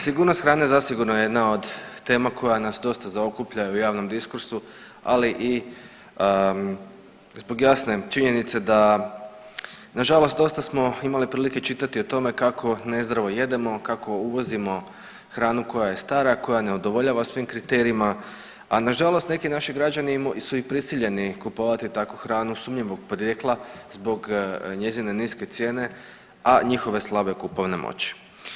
Sigurnost hrane zasigurno je jedna od tema koja nas dosta zaokuplja i u javnom diskursu, ali i zbog jasne činjenice da na žalost dosta smo imali prilike čitati o tome kako nezdravo jedemo, kako uvozimo hranu koja je stara, koja ne udovoljava svim kriterijima, a na žalost neki naši građani su i prisiljeni kupovati takvu hranu sumnjivog porijekla zbog njezine niske cijene, a njihove slabe kupovne moći.